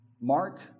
Mark